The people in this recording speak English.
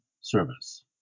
service